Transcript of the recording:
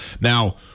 now